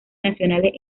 nacionales